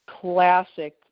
classic